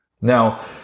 Now